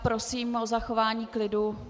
Prosím o zachování klidu.